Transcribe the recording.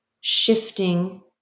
shifting